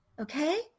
Okay